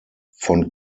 von